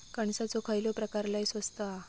कणसाचो खयलो प्रकार लय स्वस्त हा?